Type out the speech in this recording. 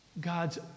God's